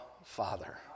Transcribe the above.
Father